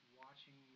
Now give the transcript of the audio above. watching